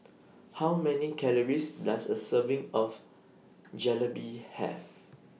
How Many Calories Does A Serving of Jalebi Have